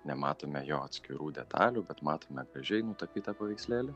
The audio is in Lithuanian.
nematome jo atskirų detalių bet matome gražiai nutapytą paveikslėlį